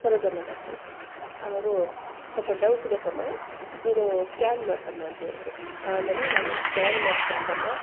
Sarojamma doctor ಅವರು ಸ್ವಲ್ಪ doubts ಇದೆ ಕಮ್ಮ ನೀನೂ ಸ್ಕ್ಯಾನ್ ಮಾಡಿಸಮ್ಮ ಅಂಥೇಳಿದ್ರು ಆಮೇಲೆ ನಾನು ಸ್ಕ್ಯಾನ್ ಮಾಡ್ಸ್ಕೊಂಡ್ಬಂದೆ